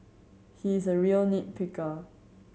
he is a real nit picker